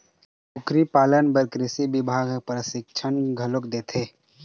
कुकरी पालन बर कृषि बिभाग ह परसिक्छन घलोक देथे